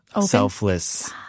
selfless